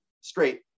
straight